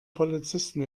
polizisten